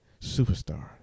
Superstar